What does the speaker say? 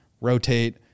rotate